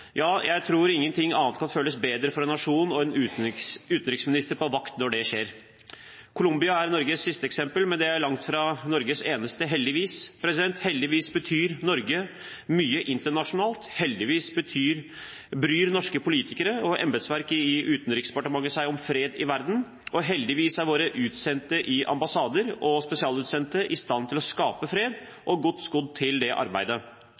Jeg tror ingen ting annet føles bedre for en nasjon – og en utenriksminister på vakt – når det skjer. Colombia er Norges siste eksempel, men det er langt fra Norges eneste, heldigvis. Heldigvis betyr Norge mye internasjonalt. Heldigvis bryr norske politikere og embetsverket i Utenriksdepartementet seg om fred i verden, og heldigvis er våre utsendte i ambassader og spesialsutsendte i stand til å skape fred og er godt skodd for det arbeidet.